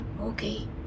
Okay